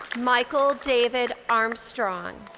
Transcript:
michael david armstrong.